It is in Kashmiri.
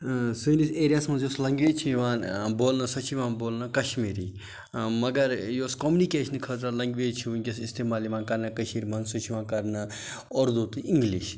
سٲنِس ایریاہَس مَنٛز یۄس لنٛگویج چھِ یِوان بولنہٕ سۄ چھِ یِوان بولنہٕ کَشمیٖری مگر یۄس کوٚمنِکیشن خٲطرٕ لنٛگویج چھِ وٕنۍکٮ۪س اِستعمال یِوان کَرنہٕ کٔشیٖرِ منٛز سُہ چھِ یِوان کَرنہٕ اُردو تہٕ اِنٛگلِش